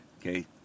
okay